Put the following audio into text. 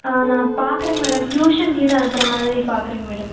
ஆ நான் பார்க்குறேங்க மேடம் டியூஷனுக்கு கீது அனுப்புகிற மாதிரி பார்க்குறேங்க மேடம்